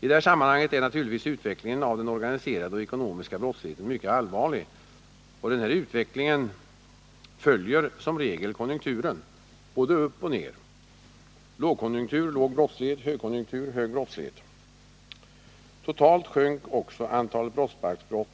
e I det här sammanhanget är naturligtvis utvecklingen av den organiserade och ekonomiska brottsligheten mycket allvarlig, och den följer som regel konjunkturen både upp och ner: lågkonjunktur — låg brottslighet, högkonjunktur — hög brottslighet. Totalt sjönk också antalet brottsbalksbrott